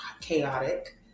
chaotic